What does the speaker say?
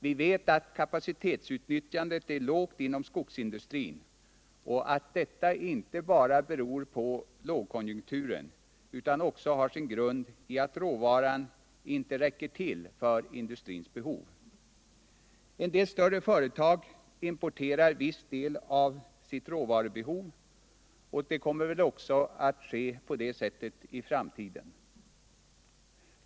Vi vet att kapacitetsutnyttjandet är lågt inom skogsindustrin och att detta inte bara beror på lågkonjunkturen, utan också har sin grund i att råvaran inte räcker till för industrins behov. En del större företag importerar viss del av sitt råvarubehov, och det kommer väl också att ske i framtiden.